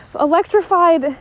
electrified